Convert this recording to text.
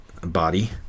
body